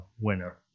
winner